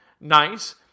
Nice